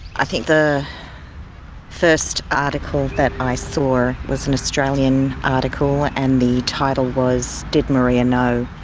i think the first article that i saw was an australian article. and the title was did maria know?